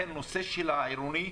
בנושא העירוני,